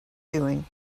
doing